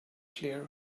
clear